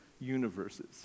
universes